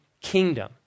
kingdom